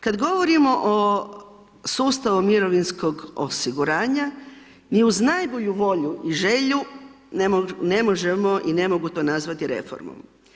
Kad govorimo o sustavu mirovinskom osiguranja, ni uz najbolju volju i želju, ne možemo i ne mogu to nazvati reformom.